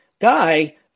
guy